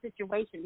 situation